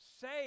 say